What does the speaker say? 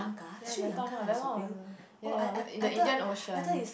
ya that time lah very long already ya ya the the Indian-Ocean